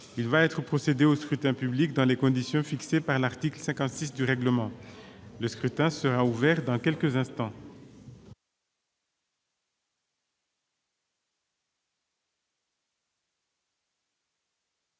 Il va être procédé au scrutin dans les conditions fixées par l'article 56 du règlement. Le scrutin est ouvert. Personne ne demande